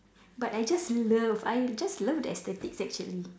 but I just love I just love that aesthetics actually